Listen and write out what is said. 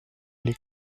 les